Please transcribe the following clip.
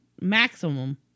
maximum